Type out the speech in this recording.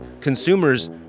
Consumers